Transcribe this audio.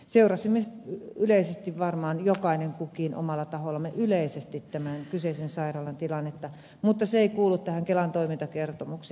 seurasimme varmaan kukin omalla tahollamme yleisesti tämän kyseisen sairaalan tilannetta mutta se ei kuulu tähän kelan toimintakertomukseen